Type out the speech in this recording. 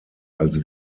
als